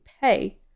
pay